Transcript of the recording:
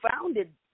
founded